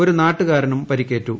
ഒരു നാട്ടുകാരനും പരിക്കേറ്റു